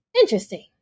Interesting